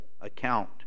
account